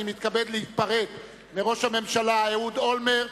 אני מתכבד להיפרד מראש הממשלה אהוד אולמרט,